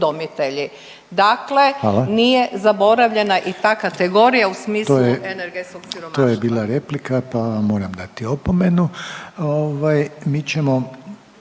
Hvala/… nije zaboravljena i ta kategorija u smislu energetskog siromaštva.